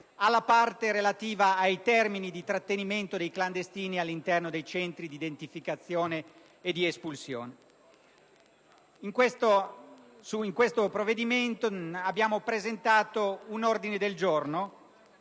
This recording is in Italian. alla parte relativa ai termini di trattenimento dei clandestini all'interno dei centri di identificazione e di espulsione. Su questo provvedimento abbiamo presentato un ordine del giorno,